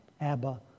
Abba